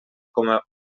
coma